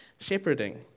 shepherding